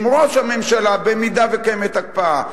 עם ראש הממשלה, במידה שקיימת הקפאה.